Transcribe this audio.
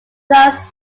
thus